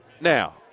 Now